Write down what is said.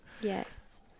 Yes